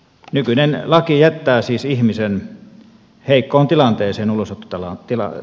nykyinen laki jättää siis ihmisen heikkoon tilanteeseen ulosottotapauksessa